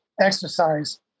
exercise